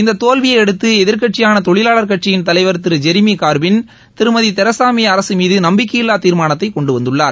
இந்த தோல்வியை அடுத்து எதிர்க் கட்சியான தொழிலாளர் கட்சியின் தலைவர் Thiru Jeremy Corbyn Thirumathi Theresa May அரசு மீது நம்பிக்கையில்லா தீர்மானத்தை கொண்டு வந்துள்ளார்